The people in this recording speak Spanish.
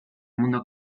mundo